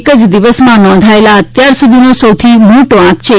એક જ દિવસમાં નોંધાયેલા આ અત્યારસુધીનો સૌથી મોટો આંક છે